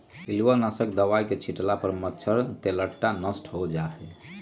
पिलुआ नाशक दवाई के छिट्ला पर मच्छर, तेलट्टा नष्ट हो जाइ छइ